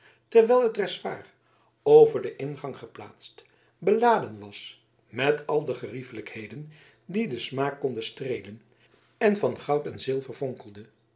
terwijl een dressoir over den ingang geplaatst beladen was met al de geriefelijkheden die den smaak konden streelen en van goud en zilver fonkelde